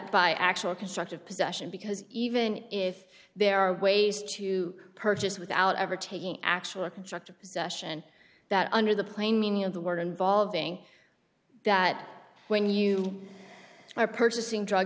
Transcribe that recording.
by actual constructive possession because even if there are ways to purchase without ever taking actual drug to possession that under the plain meaning of the word involving that when you are purchasing drugs